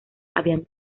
habían